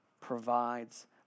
provides